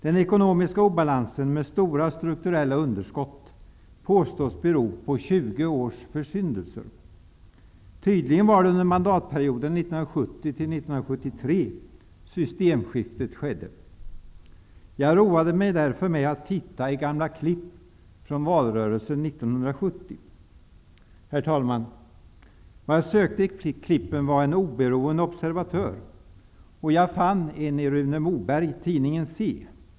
Den ekonomiska obalansen med stora strukturella underskott påstås bero på 20 års försyndelser. Tydligen var det under mandatperioden 1970--1973 som systemskiftet skedde. Jag roade mig därför med att titta i gamla tidningsurklipp från valrörelsen 1970. Herr talman! Vad jag sökte i klippen var en oberoende observatör. Jag fann en i Rune Moberg, i tidningen Se.